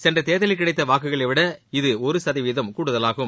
சென்ற தேர்தலில் கிடைத்த வாக்குகளை விட இது ஒரு சதவீதம் கூடுதலாகும்